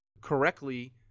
correctly